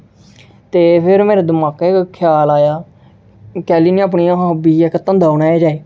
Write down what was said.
ते फिर मेरे दमाके च इक ख्याल आया कि केह्ली कि नेईं अपनियां हाॅबी गी इक धंधा बनाया जाए